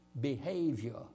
behavior